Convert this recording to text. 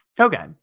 Okay